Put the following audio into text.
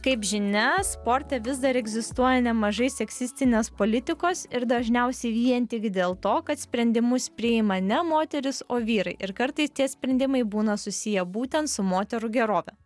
kaip žinia sporte vis dar egzistuoja nemažai seksistines politikos ir dažniausiai vien tik dėl to kad sprendimus priima ne moterys o vyrai ir kartais tie sprendimai būna susiję būtent su moterų gerove